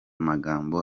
magambo